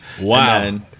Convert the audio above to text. Wow